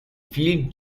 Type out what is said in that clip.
فیلم